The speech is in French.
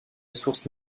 source